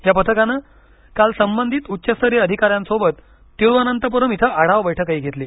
या पथकानं काल सबंधित उच्च स्तरीय अधिकाऱ्यांसोबत तिरूवअंनतपुरम इथं आढावा बैठकही घेतली